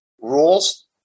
rules